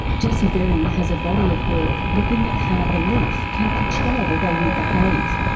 jesse bering has a body of work looking at how belief can control the way we behave.